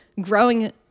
growing